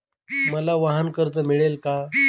मला वाहनकर्ज मिळेल का?